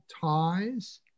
ties